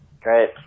Great